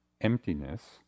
emptiness